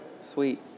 Sweet